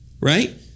right